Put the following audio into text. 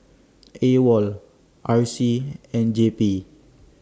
AWOL R C and J P